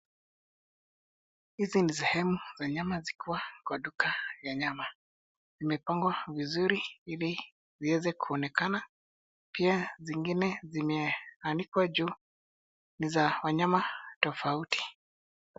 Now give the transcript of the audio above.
Hizi ni sehemu za nyama zikiwa kwa duka ya nyama, zimepangwa vizuri iliziweze kuonekana pia zingine zimeanikwa juu, ni za wanyama tofauti.